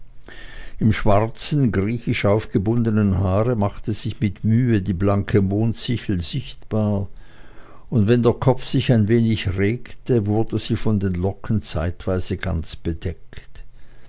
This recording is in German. im schwarzen griechisch aufgebundenen haare machte sich mit mühe die blanke mondsichel sichtbar und wenn sich der kopf ein wenig regte wurde sie von den locken zeitweise ganz bedeckt